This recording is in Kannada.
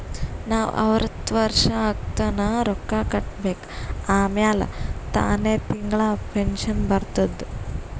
ನಾವ್ ಅರ್ವತ್ ವರ್ಷ ಆಗತನಾ ರೊಕ್ಕಾ ಕಟ್ಬೇಕ ಆಮ್ಯಾಲ ತಾನೆ ತಿಂಗಳಾ ಪೆನ್ಶನ್ ಬರ್ತುದ್